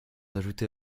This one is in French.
ajoutés